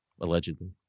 allegedly